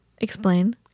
Explain